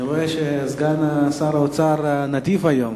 אני רואה שסגן שר האוצר נדיב היום